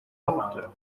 rapporteur